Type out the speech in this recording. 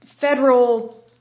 federal